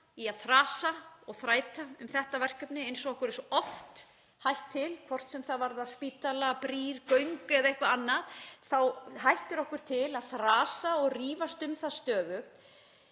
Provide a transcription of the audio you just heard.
í að þrasa og þræta um þetta verkefni eins og okkur hættir svo oft til. Hvort sem það varðar spítala, brýr, göng eða eitthvað annað þá hættir okkur til að þrasa og rífast um það stöðugt